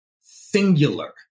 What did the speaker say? singular